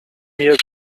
mir